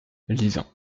lisant